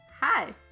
Hi